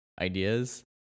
ideas